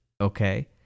okay